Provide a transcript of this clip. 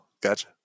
gotcha